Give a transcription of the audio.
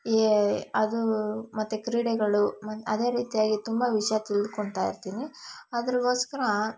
ಏ ಅದು ಮತ್ತು ಕ್ರೀಡೆಗಳು ಅದೇ ರೀತಿಯಾಗಿ ತುಂಬ ವಿಷಯ ತಿಳ್ಕೊತಾ ಇರ್ತೀನಿ ಅದ್ರುಗೋಸ್ಕರ